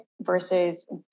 versus